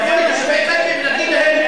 לבוא לתושבי טייבה ולהגיד להם,